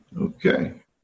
Okay